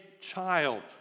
child